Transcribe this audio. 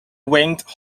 winged